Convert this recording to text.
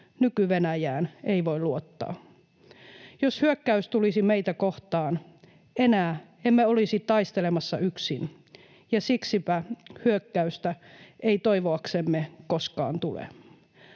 Nyky-Venäjään ei voi luottaa. Jos hyökkäys tulisi meitä kohtaan, enää emme olisi taistelemassa yksin, ja siksipä hyökkäystä ei toivoaksemme koskaan tule.